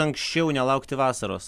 anksčiau nelaukti vasaros